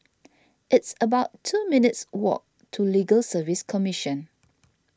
it's about two minutes' walk to Legal Service Commission